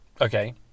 Okay